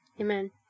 Amen